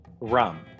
Rum